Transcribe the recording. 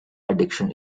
addiction